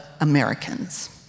Americans